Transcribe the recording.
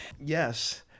Yes